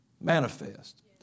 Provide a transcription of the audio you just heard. manifest